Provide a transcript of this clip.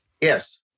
Yes